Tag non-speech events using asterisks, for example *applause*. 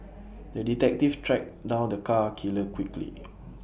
*noise* the detective tracked down the cat killer quickly